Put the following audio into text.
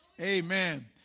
Amen